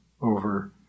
over